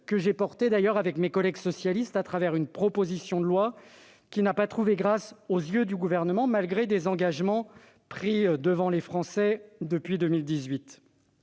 Je l'ai défendu avec mes collègues socialistes au travers d'une proposition de loi qui n'a pas trouvé grâce aux yeux du Gouvernement, malgré les engagements pris devant les Français depuis 2018.